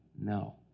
no